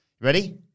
Ready